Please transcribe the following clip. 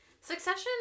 Succession